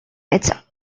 it’s